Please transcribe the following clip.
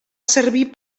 servir